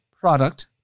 product